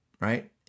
right